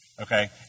Okay